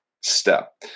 step